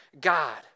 God